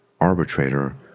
arbitrator